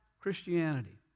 Christianity